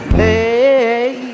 hey